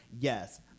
Yes